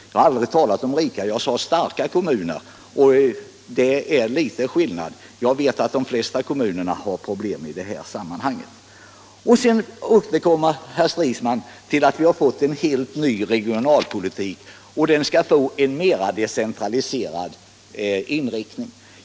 Jag har aldrig talat om rika kommuner, jag talade om starka kommuner och det är en annan sak. Jag vet att de flesta kommuner har ekonomiska problem. Sedan återkom herr Stridsman till att vi har fått en helt ny regionalpolitik med en mer decentralistisk inriktning.